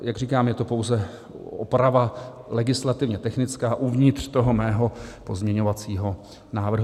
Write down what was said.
Jak říkám, je to pouze legislativně technická uvnitř toho mého pozměňovacího návrhu.